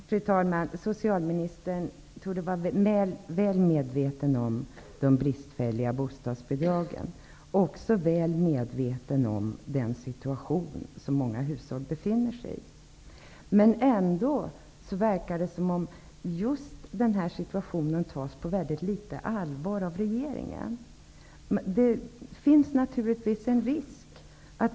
Fru talman! Socialministern torde vara väl medveten om de bristfälliga bostadsbidragen och situationen för många hushåll. Ändå verkar inte regeringen ta just den här situationen på särskilt stort allvar. Naturligtvis finns här en risk.